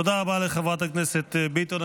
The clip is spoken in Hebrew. תודה רבה לחברת הכנסת ביטון.